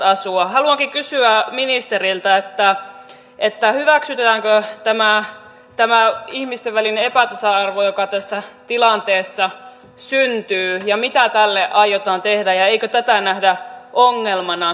haluankin kysyä ministeriltä hyväksytäänkö tämä ihmisten välinen epätasa arvo joka tässä tilanteessa syntyy mitä tälle aiotaan tehdä ja eikö tätä nähdä ongelmana